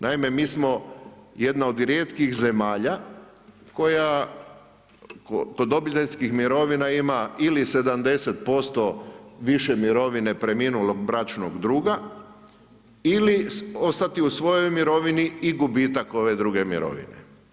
Naime, mi smo jedna od rijetkih zemalja koja kod obiteljskih mirovina ima ili 70% više mirovine preminulog bračnog druga ili ostati u svojoj mirovini i gubitak ove druge mirovine.